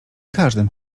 każdym